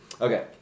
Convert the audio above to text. Okay